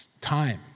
Time